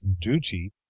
duty